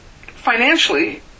financially